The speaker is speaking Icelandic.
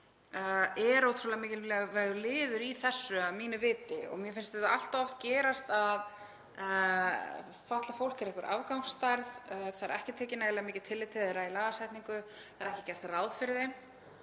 er ótrúlega mikilvægur liður í þessu að mínu viti. Mér finnst það allt of oft gerast að fatlað fólk er einhver afgangsstærð, það er ekki tekið nægilega mikið tillit til þeirra í lagasetningu. Það er ekki gert ráð fyrir þeim